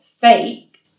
fake